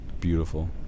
beautiful